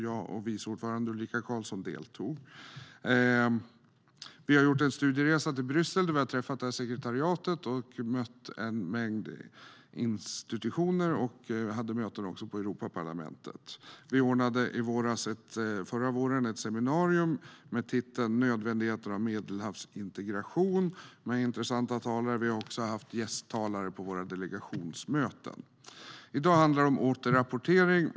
Jag och viceordförande Ulrika Karlsson deltog. Vi har gjort en studieresa till Bryssel, där vi har träffat sekretariatet och mött en mängd institutioner. Vi hade också möten i Europaparlamentet. Vi ordnade förra våren ett seminarium med titeln Nödvändigheten av Medelhavsintegration med intressanta talare, och vi har även haft gästtalare vid våra delegationsmöten. I dag handlar det om återrapportering.